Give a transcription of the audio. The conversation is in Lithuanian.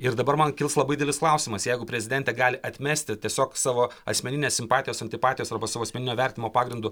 ir dabar man kils labai didelis klausimas jeigu prezidentė gali atmesti tiesiog savo asmeninės simpatijos antipatijos arba savo asmeninio vertinimo pagrindu